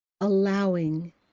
allowing